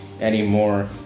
anymore